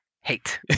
Hate